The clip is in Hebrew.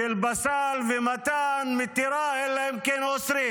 של פסל ומתן מתירה אלא אם כן אוסרים.